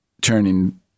turning